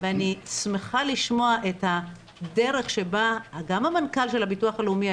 ואני שמחה לשמוע את הדרך שבה גם המנכ"ל של הביטוח הלאומי,